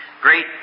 Great